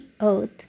earth